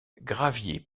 gravier